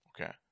Okay